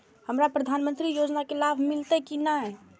हमरा प्रधानमंत्री योजना के लाभ मिलते की ने?